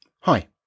Hi